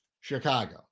Chicago